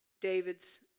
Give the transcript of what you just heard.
David's